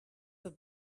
have